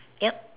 yup